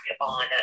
on